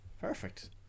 perfect